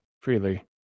freely